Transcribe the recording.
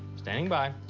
stand by.